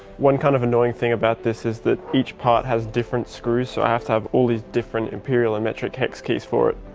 one kind of annoying thing about this is that each part has different screws so i have to have all these different imperial and metric hex keys for it.